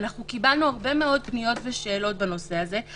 קיבלנו הרבה מאוד פניות ושאלות בנושא הזה.